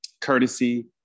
courtesy